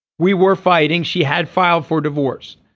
we were fighting. she had filed for divorce.